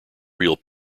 real